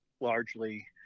largely